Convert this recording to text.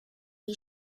die